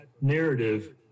narrative